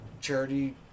charity